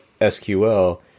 sql